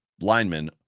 linemen